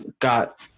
got